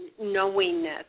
knowingness